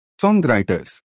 songwriters